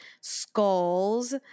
skulls